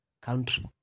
country